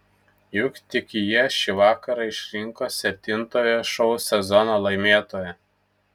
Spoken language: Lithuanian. juk tik jie šį vakarą išrinko septintojo šou sezono laimėtoją